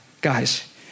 guys